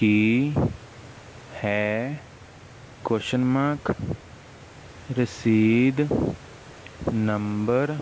ਕੀ ਹੈ question mark ਰਸੀਦ number